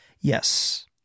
Yes